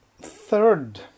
third